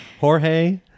Jorge